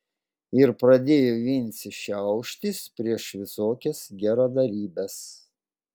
ir pradėjo vincė šiauštis prieš visokias geradarybes